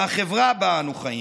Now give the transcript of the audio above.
מהחברה שבה אנו חיים,